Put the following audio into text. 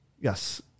Yes